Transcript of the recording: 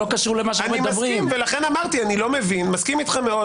משה, אני מסכים אתך מאוד.